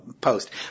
post